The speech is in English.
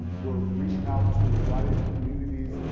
we're reaching out to a variety of communities.